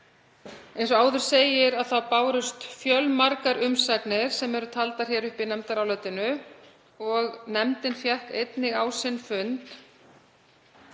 Eins og áður segir bárust fjölmargar umsagnir sem eru taldar upp í nefndarálitinu og nefndin fékk einnig á sinn fund